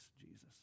Jesus